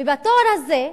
ובתואר הזה,